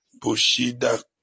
Bushida